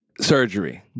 Surgery